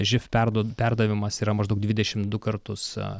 živ perduoti perdavimas yra maždaug dvidešimt du kartus